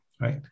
right